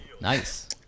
Nice